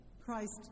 Christ